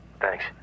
Thanks